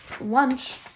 Lunch